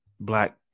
black